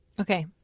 Okay